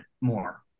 more